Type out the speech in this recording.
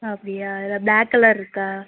அப்படியா இதில் black colour இருக்கா